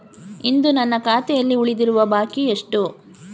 ಇಂದು ನನ್ನ ಖಾತೆಯಲ್ಲಿ ಉಳಿದಿರುವ ಬಾಕಿ ಎಷ್ಟು?